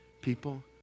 People